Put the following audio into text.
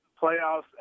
playoffs